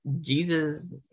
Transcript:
Jesus